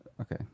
Okay